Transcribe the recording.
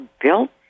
built